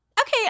okay